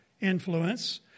influence